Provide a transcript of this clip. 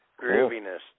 Grooviness